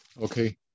okay